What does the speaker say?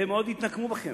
והם מאוד יתנקמו בכם,